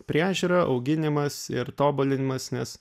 priežiūra auginimas ir tobulinimas nes